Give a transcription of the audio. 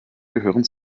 gehören